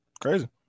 Crazy